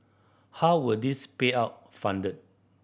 how were these payout funded